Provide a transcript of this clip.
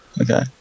Okay